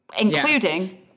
including